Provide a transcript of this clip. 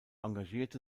engagierte